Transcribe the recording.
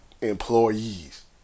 employees